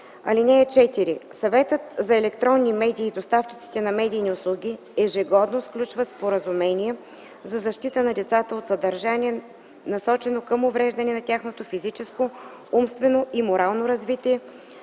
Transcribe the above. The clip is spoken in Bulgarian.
„(4) Съветът за електронни медии и доставчиците на медийни услуги ежегодно сключват споразумение за защита на децата от съдържание, насочено към увреждане на тяхното физическо, умствено и морално развитие,